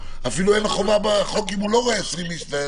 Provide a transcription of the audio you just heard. אפילו אין חובה בחוק ללכת אם הוא לא רואה 20 איש.